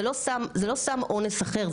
זה לא סם אונס אחר,